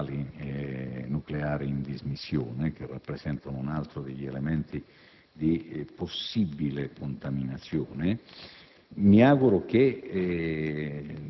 all'intervento relativo alle centrali nucleari in dismissione, che rappresentano un altro degli elementi di possibile contaminazione.